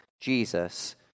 Jesus